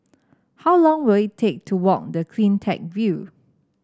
how long will it take to walk the CleanTech View